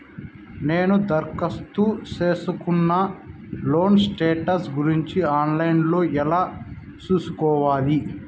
నేను దరఖాస్తు సేసుకున్న లోను స్టేటస్ గురించి ఆన్ లైను లో ఎలా సూసుకోవాలి?